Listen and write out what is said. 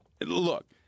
Look